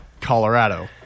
Colorado